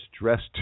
dressed